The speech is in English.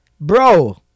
bro